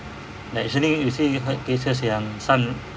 like actually you say you heard places yang some